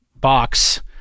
box